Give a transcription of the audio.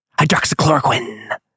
Hydroxychloroquine